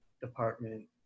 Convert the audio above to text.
department